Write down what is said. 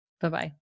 Bye-bye